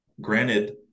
granted